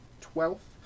twelfth